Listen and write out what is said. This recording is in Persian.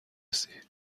رسی